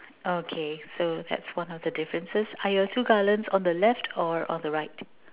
okay so that's one of the differences are your two columns on the left or on the right